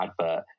advert